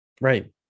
Right